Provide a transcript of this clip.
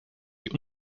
sie